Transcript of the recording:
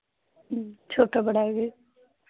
छोटा बड़ा